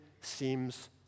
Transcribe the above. seems